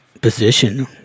position